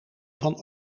van